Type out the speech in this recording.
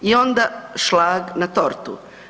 I onda šlag na tortu.